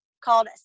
called